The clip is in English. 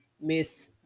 Miss